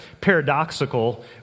paradoxical